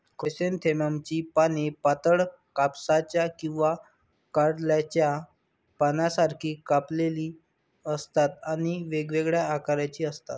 क्रायसॅन्थेममची पाने पातळ, कापसाच्या किंवा कारल्याच्या पानांसारखी कापलेली असतात आणि वेगवेगळ्या आकाराची असतात